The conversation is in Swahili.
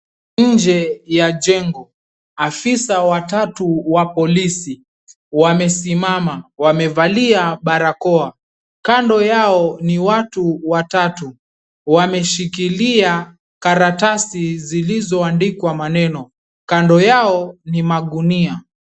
Nje ya jengo. Ofisa watatu wa polisi wamesimama. Wamevalia barakoa. Kando yao ni watu watatu. Wameshikilia karatasi zilizoandikwa maneno. Kando yao ni magunia.